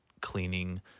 cleaning